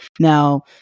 Now